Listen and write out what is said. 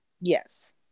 yes